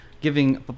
giving